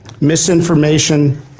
Misinformation